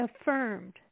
affirmed